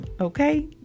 okay